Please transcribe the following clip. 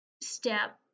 step